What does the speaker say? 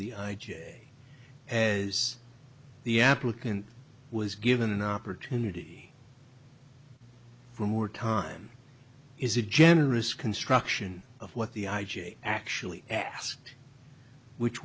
is the applicant was given an opportunity for more time is a generous construction of what the i g actually asked which